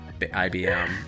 ibm